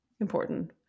important